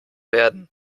werden